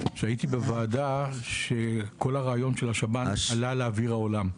שהייתי בוועדה שכל הרעיון של השב"ן עלה לאוויר העולם,